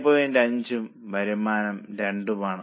5 ഉം വരുമാനം 2 ഉം ആണ്